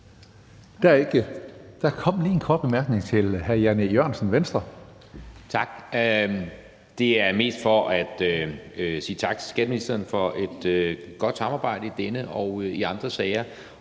Der er en kort bemærkning fra hr. Jan E. Jørgensen. Kl. 18:39 Jan E. Jørgensen (V): Tak. Det er mest for at sige tak til skatteministeren for et godt samarbejde i denne og andre sager.